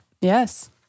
Yes